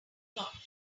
talk